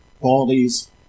qualities